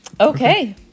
Okay